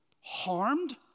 harmed